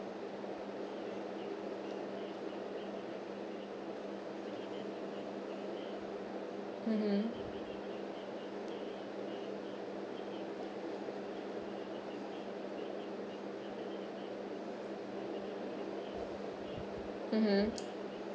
mmhmm mmhmm